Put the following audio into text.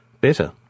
Better